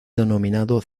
denominado